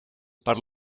per